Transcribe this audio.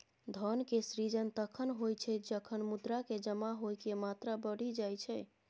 धन के सृजन तखण होइ छै, जखन मुद्रा के जमा होइके मात्रा बढ़ि जाई छै